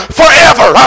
forever